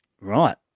Right